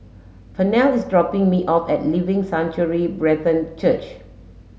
Pernell is dropping me off at Living Sanctuary Brethren Church